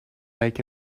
make